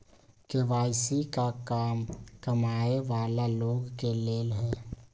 KYC का कम कमाये वाला लोग के लेल है?